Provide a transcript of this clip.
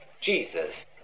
Jesus